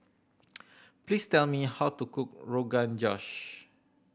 please tell me how to cook Rogan Josh